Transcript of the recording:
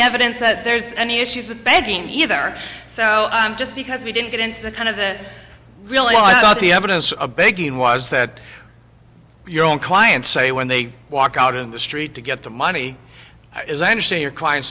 evidence that there's any issues that bedding either so i'm just because we didn't get into the kind of it really was the evidence a big gain was that your own clients say when they walk out in the street to get the money is i understand your client